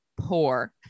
poor